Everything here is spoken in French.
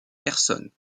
personnes